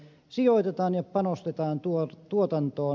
sijoitetaan ja panostetaan tuotantoon